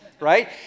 right